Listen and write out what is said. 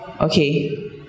okay